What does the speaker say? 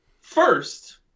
First